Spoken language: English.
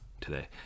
today